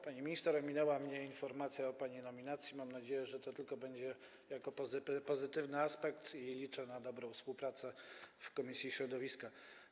Pani minister, ominęła mnie informacja o pani nominacji i mam nadzieję, że to tylko będzie jako pozytywny aspekt oraz liczę na dobrą współpracę w komisji środowiska.